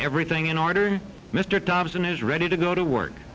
everything in order mr dobson is ready to go to work